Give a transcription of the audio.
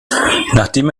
nachdem